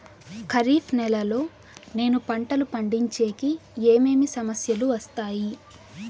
ఖరీఫ్ నెలలో నేను పంటలు పండించేకి ఏమేమి సమస్యలు వస్తాయి?